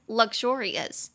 luxurious，